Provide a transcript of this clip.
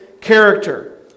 character